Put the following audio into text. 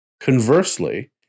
conversely